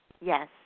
yes